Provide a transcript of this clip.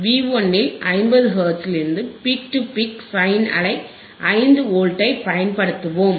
we 1 இல் 50 ஹெர்ட்ஸின் peak to peak sine அலை 5 வோல்ட்ஐ பயன்படுத்துவோம்